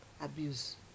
abuse